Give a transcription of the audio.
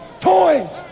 toys